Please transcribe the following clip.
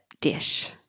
dish